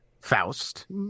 Faust